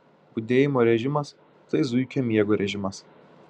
budėjimo režimas tai zuikio miego režimas